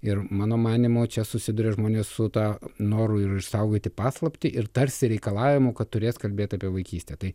ir mano manymu čia susiduria žmonės su ta noru ir išsaugoti paslaptį ir tarsi reikalavimu kad turės kalbėt apie vaikystę tai